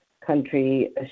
country